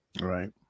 Right